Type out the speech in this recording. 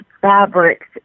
fabrics